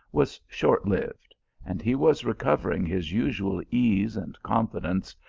was short-lived, and he was recovering his usual ease and confidence,